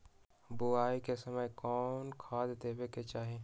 बोआई के समय कौन खाद देवे के चाही?